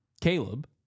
Caleb